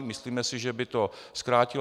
Myslíme si, že by to zkrátilo.